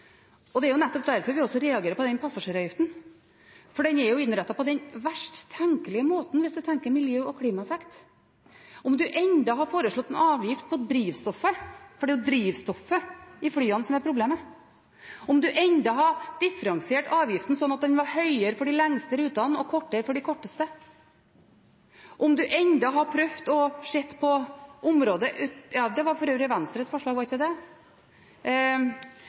for det er jo drivstoffet i flyene som er problemet. Om man enda hadde differensiert avgiften slik at den var høyere for de lengste rutene og lavere for de korteste – ja, det var vel for øvrig Venstres forslag, var det